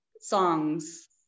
songs